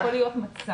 יכול להיות מצב